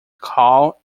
call